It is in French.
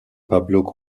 pablo